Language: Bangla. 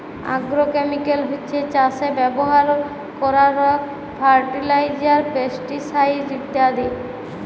আগ্রোকেমিকাল হছ্যে চাসে ব্যবহার করারক ফার্টিলাইজার, পেস্টিসাইড ইত্যাদি